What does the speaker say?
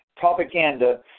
propaganda